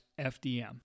FDM